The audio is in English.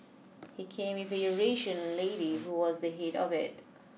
he came with a Eurasian lady who was the head of it